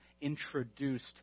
introduced